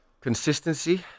consistency